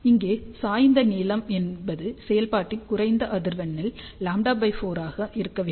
இங்கே சாய்ந்த நீளம் என்பது செயல்பாட்டின் குறைந்த அதிர்வெண்ணில் λ4 ஆக இருக்க வேண்டும்